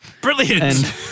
Brilliant